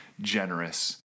generous